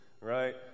right